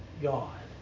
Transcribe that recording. God